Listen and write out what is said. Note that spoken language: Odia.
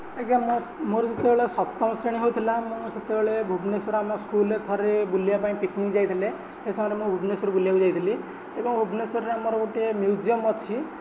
ଆଜ୍ଞା ମୋ ମୋର ଯେତେବେଳେ ସପ୍ତମ ଶ୍ରେଣୀ ହେଉଥିଲା ମୁଁ ସେତେବେଳେ ଭୁବନେଶ୍ୱର ଆମ ସ୍କୁଲ୍ରେ ଥରେ ବୁଲିବା ପାଇଁ ପିକ୍ନିକ୍ ଯାଇଥିଲେ ସେ ସମୟରେ ମୁଁ ଭୁବନେଶ୍ୱର ବୁଲିବାକୁ ଯାଇଥିଲି ଏବଂ ଭୁବନେଶ୍ୱରରେ ଆମର ଗୋଟେ ମିଉଜିଅମ୍ ଅଛି